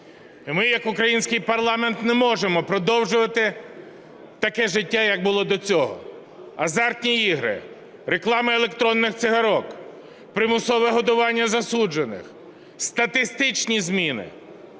Ми як український парламент не можемо продовжувати таке життя, яке було до цього: азартні ігри, реклама електронних цигарок, примусове годування засуджених, статистичні зміни